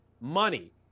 money